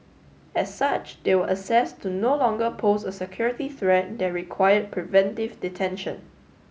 as such they were assess to no longer pose a security threat that required preventive detention